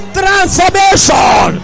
transformation